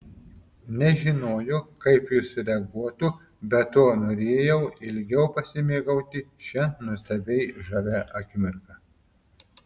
nežinojo kaip jis sureaguotų be to norėjau ilgiau pasimėgauti šia nuostabiai žavia akimirka